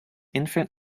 infant